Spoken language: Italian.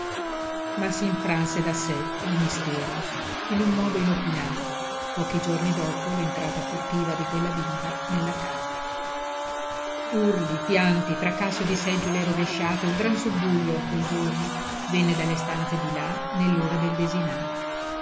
occhiali ma s'infranse da sé il mistero in un modo inopinato pochi giorni dopo l'entrata furtiva di quella bimba nella camera urli pianti fracasso di seggiole rovesciate un gran subbuglio quel giorno venne dalle stanze di là nell'ora del desinare